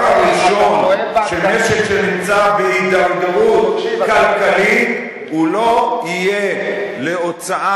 הדבר הראשון של משק שנמצא בהידרדרות כלכלית לא יהיה להוצאה